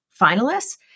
finalists